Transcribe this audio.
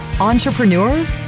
entrepreneurs